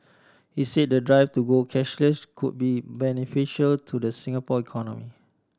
he say the drive to go cashless could be beneficial to the Singapore economy